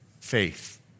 faith